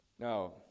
Now